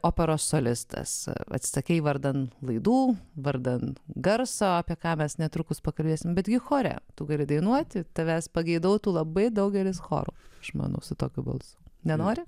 operos solistas atsisakei vardan laidų vardan garso apie ką mes netrukus pakalbėsime betgi chore tu gali dainuoti tavęs pageidautų labai daugelis chorų žmonių su tokiu balsu nenori